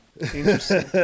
Interesting